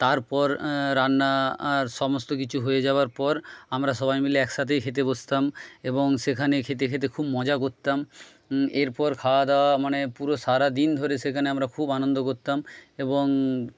তারপর রান্না আর সমস্ত কিছু হয়ে যাওয়ার পর আমরা সবাই মিলে একসাথেই খেতে বসতাম এবং সেখানে খেতে খেতে খুব মজা করতাম এরপর খাওয়া দাওয়া মানে পুরো সারাদিন ধরে সেখানে আমরা খুব আনন্দ করতাম এবং